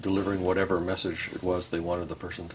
delivering whatever message it was they wanted the person